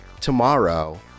tomorrow